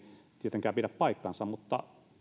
tietenkään pidä paikkaansa mutta